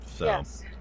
Yes